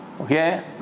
Okay